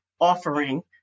offering